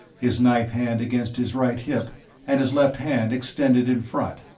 his knife hand against his right hip and his left hand extended in front.